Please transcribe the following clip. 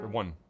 one